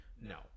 No